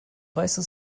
weiße